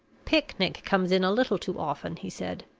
picnic comes in a little too often, he said.